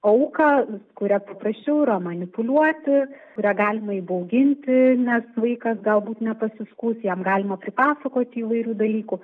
auką kuria paprasčiau yra manipuliuoti kurią galima įbauginti nes vaikas galbūt nepasiskųs jam galima pripasakoti įvairių dalykų